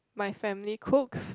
my family cooks